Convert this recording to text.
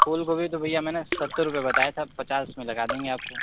फूल गोभी तो भैया मैंने सत्तर रुपये बताया था पचास में लगा देंगे आपको